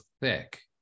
thick